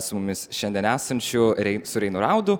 su mumis šiandien esančiu rei su reinu raudu